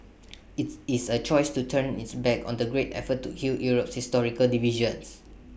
IT is A choice to turn its back on the great effort to heal Europe's historical divisions